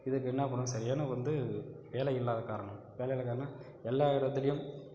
இதுக்கு என்ன பண்ணணும் சரியான வந்து வேலை இல்லாத காரணம் வேலை இல்லாத காரணன்னால் எல்லா இடத்துலையும்